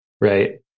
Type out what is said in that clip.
Right